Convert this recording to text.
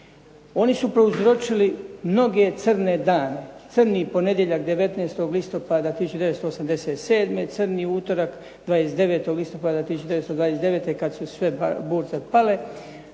Oni su prouzročili mnoge crne dane, crni ponedjeljak 19. listopada 1987., crni utorak 29. listopada 1929. kad su sve burze pale.